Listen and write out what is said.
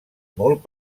molt